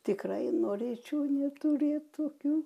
tikrai norėčiau neturėt tokių